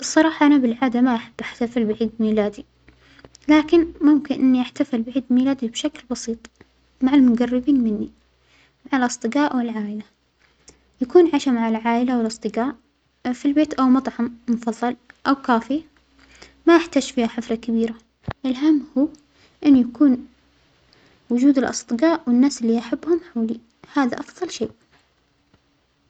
الصراحة أنا بالعادة ما أحب أحتفل بعيد ميلادى، لكن ممكن إنى أحتفل بعيد ميلادى بشكل بسيط مع المجربين منى مع الأصدجاء والعائلة يكون عشاء مع العائلة والأصدجاء فالبيت أو مطعم منفصل أو كافية، ما أحتاج فيها حفلة كبيرة الأهم هو أن يكون وجود الأصدجاء والناس اللى أحبهم حولى، هذا أفظل شيء.